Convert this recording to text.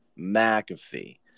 McAfee